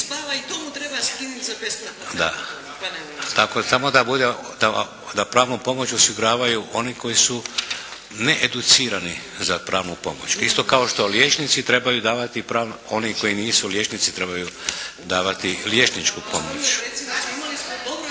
… Tako da pravnu pomoć osiguravaju oni koji su ne educirani za pravnu pomoć. Isto kao što liječnici trebaju davati, oni koji nisu liječnici trebaju davati liječničku pomoć.